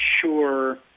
sure